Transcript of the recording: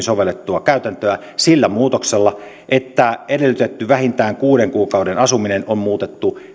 sovellettua käytäntöä sillä muutoksella että edellytetty vähintään kuuden kuukauden asuminen on muutettu